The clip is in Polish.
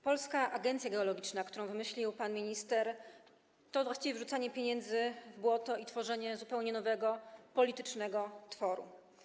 Polska Agencja Geologiczna, którą wymyślił pan minister, to właściwie wyrzucanie pieniędzy w błoto i tworzenie zupełnie nowego politycznego tworu.